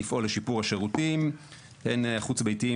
לפעול לשיפור השירותים הן החוץ ביתיים